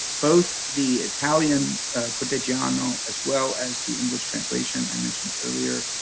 both the italian cortegiano, as well as the english translation i mentioned earlier